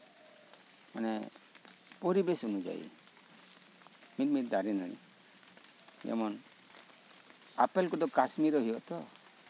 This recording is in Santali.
ᱢᱟᱱᱮ ᱯᱚᱨᱤᱵᱮᱥ ᱚᱱᱩᱡᱟᱭᱤ ᱢᱤᱼᱢᱤᱫ ᱫᱟᱨᱮ ᱱᱟᱹᱲᱤ ᱡᱮᱢᱚᱱ ᱟᱯᱮᱞ ᱠᱚᱫᱚ ᱠᱟᱥᱢᱤᱨ ᱨᱮ ᱦᱩᱭᱩᱜ ᱟᱛᱚ